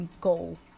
goal